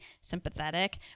sympathetic